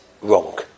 wrong